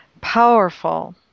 powerful